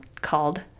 called